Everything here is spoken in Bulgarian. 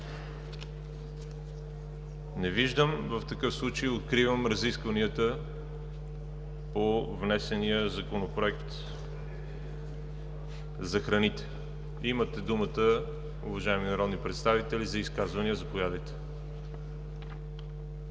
Не виждам. Откривам разискванията по внесения Законопроект за храните. Имате думата, уважаеми народни представители, за изказвания. Заповядайте,